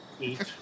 eat